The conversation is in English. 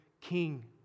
king